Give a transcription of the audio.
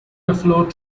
afloat